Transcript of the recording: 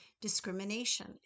Discrimination